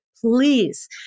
please